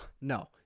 no